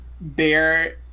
bear